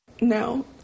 No